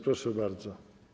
Proszę bardzo.